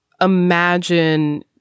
imagine